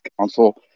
council